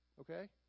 okay